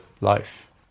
life